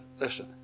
listen